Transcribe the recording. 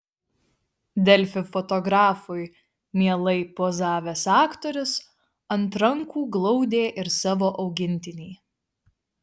delfi fotografui mielai pozavęs aktorius ant rankų glaudė ir savo augintinį